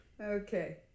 Okay